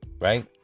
right